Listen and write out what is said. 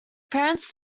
parents